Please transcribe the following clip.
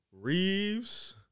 Reeves